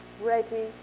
ready